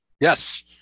Yes